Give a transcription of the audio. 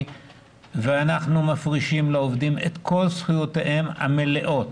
ואנחנו מפרישים לעובדים את כל זכויותיהם המלאות.